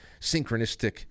synchronistic